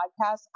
Podcast